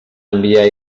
enviar